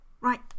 Right